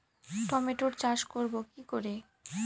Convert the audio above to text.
টমেটোর চাষ করব কি করে?